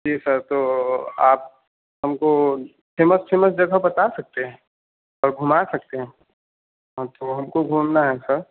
जी sir तो आप हमको फेमस फेमस जगह बता सकते हैं और घुमा सकते हैं हाँ तो हमको घूमना है सर